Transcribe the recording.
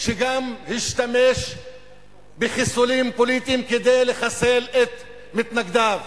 שגם השתמש בחיסולים פוליטיים כדי לחסל את מתנגדיו.